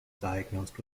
diagnosed